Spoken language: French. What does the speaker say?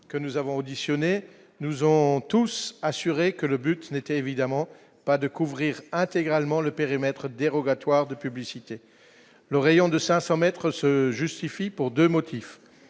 que nous avons auditionnées nous ont tous assuré que le but ce n'était évidemment pas de couvrir intégralement le périmètre dérogatoire de publicité le rayon de 500 mètres se justifie pour 2 motifs